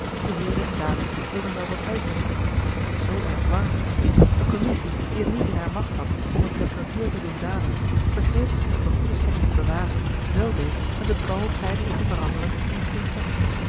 de heeren en dames wilden wel wat uitrusten het was zoo erg warm de commissie die het niet in hare macht had om de temperatuur te doen dalen begreep dat zij om de goede stemming te bewaren wèl deed met het bal tijdelijk te veranderen in een concert